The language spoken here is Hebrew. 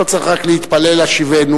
לא צריך רק להתפלל "השיבנו",